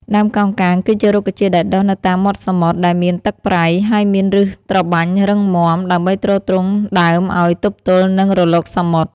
ដើមកោងកាង គឺជារុក្ខជាតិដែលដុះនៅតាមមាត់សមុទ្រដែលមានទឹកប្រៃ ហើយមានឫសត្របាញ់រឹងមាំ ដើម្បីទ្រទ្រង់ដើមឲ្យទប់ទល់នឹងរលកសមុទ្រ។